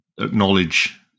acknowledge